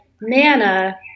nana